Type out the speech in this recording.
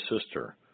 sister